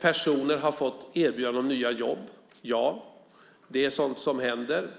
Personer har fått erbjudande om nya jobb. Ja, det är sådant som händer.